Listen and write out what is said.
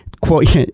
quote